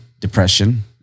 depression